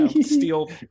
steal